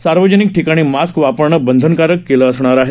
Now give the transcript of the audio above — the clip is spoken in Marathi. सार्वजनिक ठिकाणी मास्क वापरण बंधनकारक असणार आहे